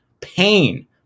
pain